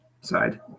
side